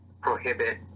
prohibit